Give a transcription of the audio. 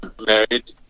married